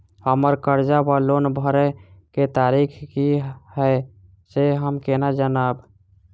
हम्मर कर्जा वा लोन भरय केँ तारीख की हय सँ हम केना जानब?